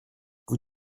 vous